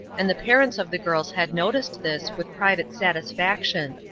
and the parents of the girls had noticed this with private satisfaction.